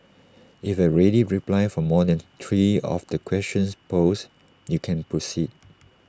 if you have A ready reply for more than three of the questions posed you can proceed